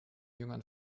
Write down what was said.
jüngern